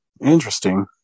interesting